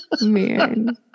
Man